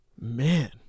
man